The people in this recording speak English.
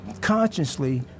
consciously